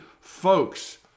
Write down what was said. folks